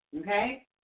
okay